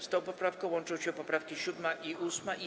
Z tą poprawką łączą się poprawki 7. i 8.